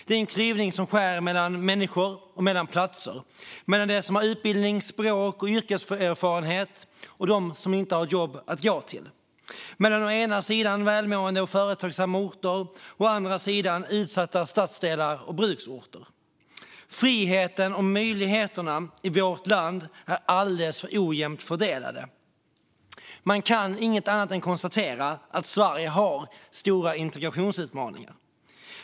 Det är en klyvning som skär mellan människor och mellan platser, mellan dem som har utbildning, språk och yrkeserfarenhet och dem som inte har ett jobb att gå till, mellan å ena sidan välmående och företagsamma orter och å andra sidan utsatta stadsdelar och bruksorter. Friheten och möjligheterna i vårt land är alldeles för ojämnt fördelade. Man kan inte annat än konstatera att Sverige har stora integrationsutmaningar.